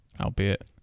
Albeit